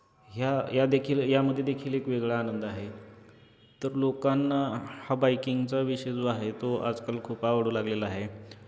ह्या या देखील यामध्ये देखील एक वेगळा आनंद आहे तर लोकांना हा बाईकिंगचा विषय जो आहे तो आजकाल खूप आवडू लागलेला आहे